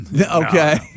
Okay